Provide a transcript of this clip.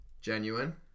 genuine